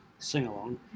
sing-along